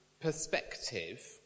perspective